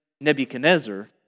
Nebuchadnezzar